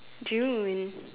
dreaming